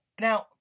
Now